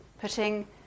putting